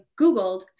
googled